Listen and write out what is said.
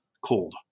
cold